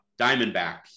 Diamondbacks